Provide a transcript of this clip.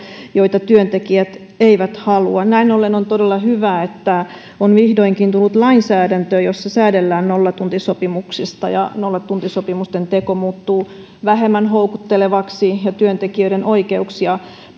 joita työntekijät eivät halua näin ollen on todella hyvä että on vihdoinkin tullut lainsäädäntö jossa säädellään nollatuntisopimuksista ja nollatuntisopimusten teko muuttuu vähemmän houkuttelevaksi ja työntekijöiden oikeuksia